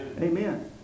Amen